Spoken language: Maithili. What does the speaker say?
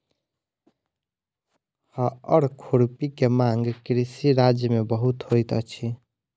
हअर खुरपी के मांग कृषि राज्य में बहुत होइत अछि